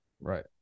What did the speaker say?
Right